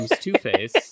Two-Face